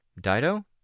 Dido